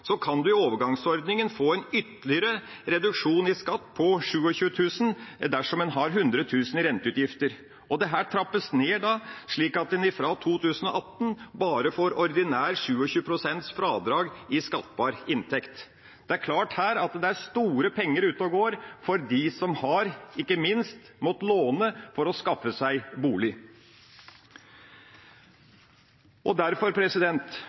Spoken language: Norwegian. kan en i overgangsordninga få en ytterligere reduksjon i skatten på 27 000 kr dersom en har 100 000 kr i renteutgifter. Dette trappes ned, slik at en fra 2018 bare får ordinært fradrag på 27 pst. i skattbar inntekt. Det er klart at dette utgjør mye penger, ikke minst for dem som har måttet låne for å skaffe seg bolig. For mottakere av bostøtte har derfor